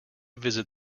visit